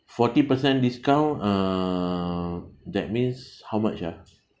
forty percent discount uh that means how much ah